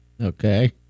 Okay